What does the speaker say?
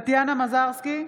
מזרסקי,